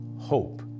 hope